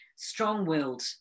strong-willed